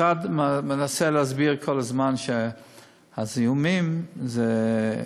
אז המשרד מנסה להסביר כל הזמן שהזיהומים זה,